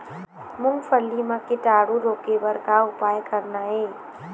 फूलगोभी म कीटाणु रोके बर का उपाय करना ये?